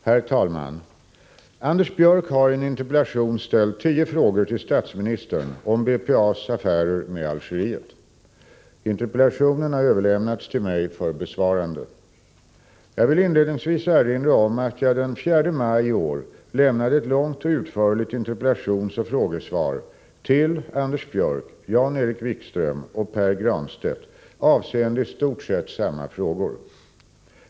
Herr talman! Anders Björck har i en interpellation ställt tio frågor till statsministern om BPA:s affärer med Algeriet. Interpellationen har överlämnats till mig för besvarande. Jag vill inledningsvis erinra om att jag den 4 maj i år lämnade ett långt och utförligt interpellationsoch frågesvar till Anders Björck, Jan-Erik Wikström och Pär Granstedt avseende i stort sett samma frågor.